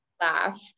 laugh